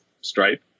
Stripe